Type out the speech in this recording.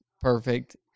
perfect